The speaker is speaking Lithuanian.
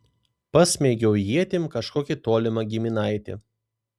pasmeigiau ietim kažkokį tolimą giminaitį